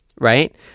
right